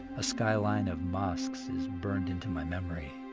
a skyline of mosques is burned into my memory.